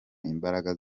imbaraga